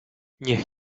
niech